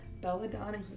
Belladonna